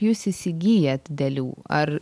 jūs įsigyjat dėlių ar